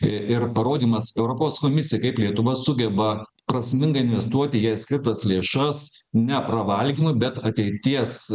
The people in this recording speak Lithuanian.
i ir parodymas europos komisijai kaip lietuva sugeba prasmingai investuoti jai skirtas lėšas ne pravalgymui bet ateities